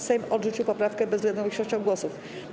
Sejm odrzucił poprawkę bezwzględną większością głosów.